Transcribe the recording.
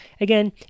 Again